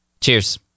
Cheers